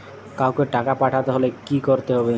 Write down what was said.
কাওকে টাকা পাঠাতে হলে কি করতে হবে?